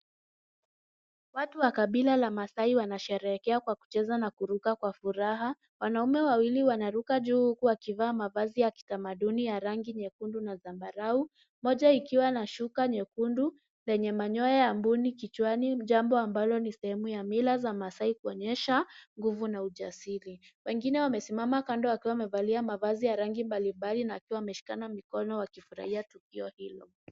Watu wa kabila la masai wanasherehekea kwa kucheza na kuruka kwa furaha. Wanaume wawili wanaruka juu huku wakivaa mavazi ya kitamaduni ya rangi nyekundu na zabarau, mmoja ikiwa na shuka nyekundu lenye manyoya ya mbuni kichwani, jambo ambalo ni sehemu ya mila za masai kuonyesha nguvu na ujasiri. Wengine wamesimama kando wakiwa wamevalia mavazi ya rangi mbalimbali na wakiwa wameshikana mikono wakifurahia tukio hilio.